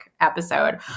episode